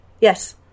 Yes